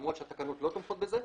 למרות שהתקנות לא תומכות בזה,